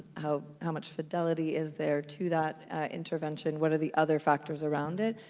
how how much fidelity is there to that intervention? what are the other factors around it?